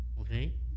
okay